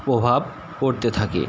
প্রভাব পড়তে থাকে